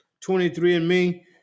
23andMe